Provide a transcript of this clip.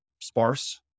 sparse